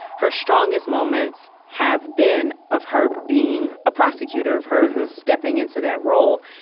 her strongest moments have been of her being a prosecutor, of her stepping into that role.